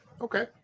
Okay